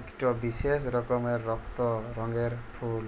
ইকট বিশেষ রকমের রক্ত রঙের ফুল